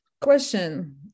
question